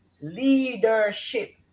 leadership